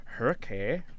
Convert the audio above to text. Okay